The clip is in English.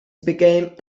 became